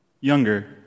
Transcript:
Younger